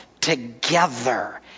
together